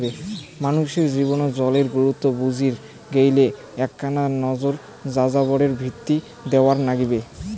মানষির জীবনত জলের গুরুত্ব বুজির গেইলে এ্যাকনা নজর যাযাবরের ভিতি দ্যাওয়ার নাইগবে